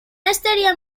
estaria